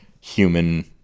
human